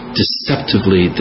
deceptively